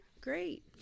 Great